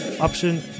Option